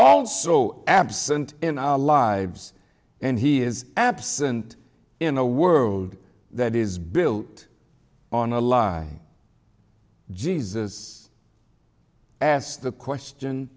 also absent in our lives and he is absent in a world that is built on a lie jesus asked the question